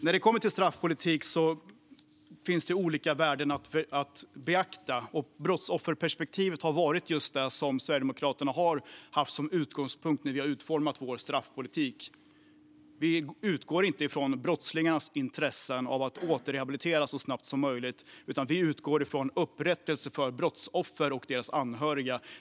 När det kommer till straffpolitik finns det olika värden att beakta. Vi i Sverigedemokraterna har haft brottsofferperspektivet som utgångspunkt när vi utformat vår straffpolitik. Vi utgår inte från brottslingarnas intressen av att återrehabiliteras så snabbt som möjligt, utan vi utgår från upprättelsen för brottsoffer och deras anhöriga.